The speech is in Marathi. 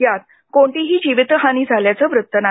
यात कोणतीही जीवितहानी झाल्याचं वृत्त नाही